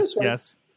Yes